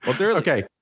Okay